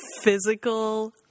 physical